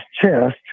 chest